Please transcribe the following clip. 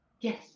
Yes